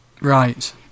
Right